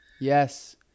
yes